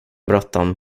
bråttom